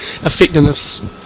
effectiveness